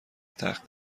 تخت